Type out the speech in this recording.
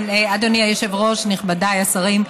אדוני היושב-ראש, נכבדיי השרים,